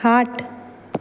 खाट